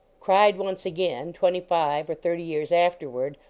cried once again, twenty-five or thirty years afterward,